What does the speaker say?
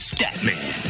Statman